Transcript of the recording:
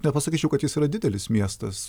nepasakyčiau kad jis yra didelis miestas